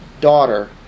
daughter